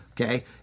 Okay